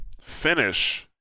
finish